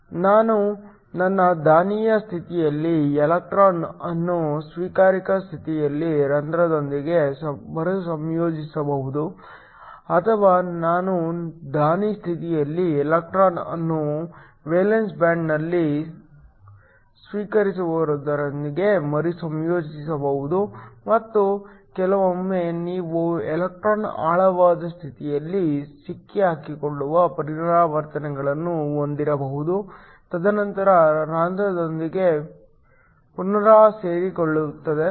ನಾನು ನನ್ನ ದಾನಿಯ ಸ್ಥಿತಿಯಲ್ಲಿ ಎಲೆಕ್ಟ್ರಾನ್ ಅನ್ನು ಸ್ವೀಕಾರಕ ಸ್ಥಿತಿಯಲ್ಲಿ ಹೋಲ್ ದೊಂದಿಗೆ ಮರುಸಂಯೋಜಿಸಬಹುದು ಅಥವಾ ನಾನು ದಾನಿ ಸ್ಥಿತಿಯಲ್ಲಿ ಎಲೆಕ್ಟ್ರಾನ್ ಅನ್ನು ವೇಲೆನ್ಸ್ ಬ್ಯಾಂಡ್ನಲ್ಲಿ ಸ್ವೀಕರಿಸುವವರೊಂದಿಗೆ ಮರುಸಂಯೋಜಿಸಬಹುದು ಮತ್ತು ಕೆಲವೊಮ್ಮೆ ನೀವು ಎಲೆಕ್ಟ್ರಾನ್ ಆಳವಾದ ಸ್ಥಿತಿಯಲ್ಲಿ ಸಿಕ್ಕಿಹಾಕಿಕೊಳ್ಳುವ ಪರಿವರ್ತನೆಗಳನ್ನು ಹೊಂದಿರಬಹುದು ತದನಂತರ ಹೋಲ್ ದೊಂದಿಗೆ ಪುನಃ ಸೇರಿಕೊಳ್ಳುತ್ತದೆ